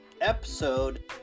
episode